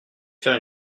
faire